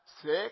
six